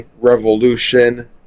Revolution